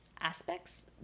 aspects